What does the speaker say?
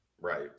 right